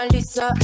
Lisa